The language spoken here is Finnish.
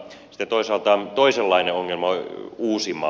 sitten toisaalta toisenlainen ongelma on uusimaa